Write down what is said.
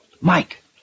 Mike